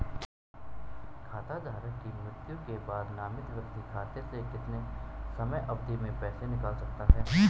खाता धारक की मृत्यु के बाद नामित व्यक्ति खाते से कितने समयावधि में पैसे निकाल सकता है?